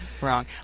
wrong